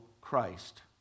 Christ